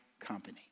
company